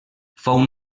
fou